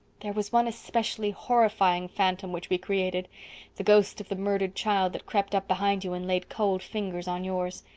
there was one especially horrifying phantom which we created the ghost of the murdered child that crept up behind you and laid cold fingers on yours.